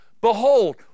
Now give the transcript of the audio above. Behold